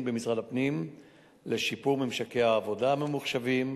במשרד הפנים לשיפור ממשקי העבודה הממוחשבים,